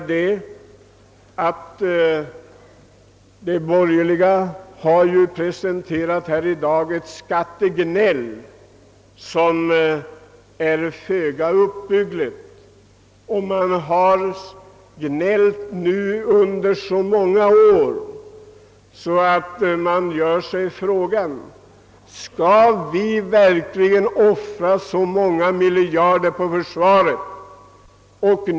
De borgerliga har i dag ägnat sig åt ett föga uppbyggligt skattegnäll. Ja, de har nu gnällt under så många år att man frågar sig, om vi verkligen skall offra så många miljarder på försvaret.